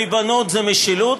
הריבונות זה משילות,